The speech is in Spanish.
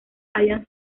hayan